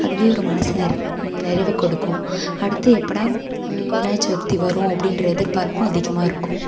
அதுவே ஒரு மனது நிறைவு கொடுக்கும் அடுத்து எப்படா விநாயகர் சதுர்த்தி வரும் அப்படின்ற எதிர்பார்ப்பும் அதிகமாக இருக்கும்